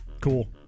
cool